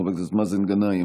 חבר הכנסת מאזן גנאים,